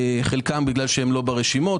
חלקם בגלל שהם לא ברשימות,